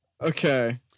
Okay